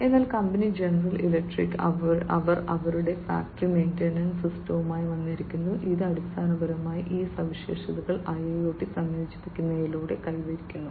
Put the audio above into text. അതിനാൽ company General Electric അവർ അവരുടെ ഫാക്ടറി മെയിന്റനൻസ് സിസ്റ്റവുമായി വന്നിരിക്കുന്നു ഇത് അടിസ്ഥാനപരമായി ഈ സവിശേഷതകൾ IIoT സംയോജിപ്പിക്കുന്നതിലൂടെ കൈവരിക്കുന്നു